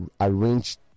arranged